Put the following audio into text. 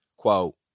Quote